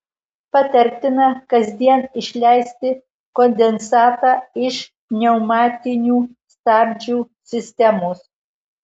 patartina kasdien išleisti kondensatą iš pneumatinių stabdžių sistemos